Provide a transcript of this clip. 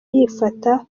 yifata